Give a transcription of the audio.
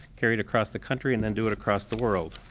carry it across the country, and then do it across the world.